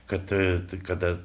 kad kada